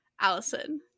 Allison